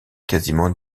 quasiment